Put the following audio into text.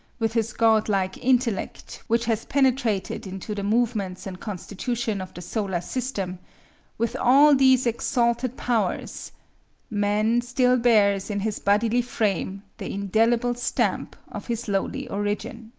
with his god-like intellect which has penetrated into the movements and constitution of the solar system with all these exalted powers man still bears in his bodily frame the indelible stamp of his lowly origin.